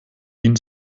wien